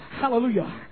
hallelujah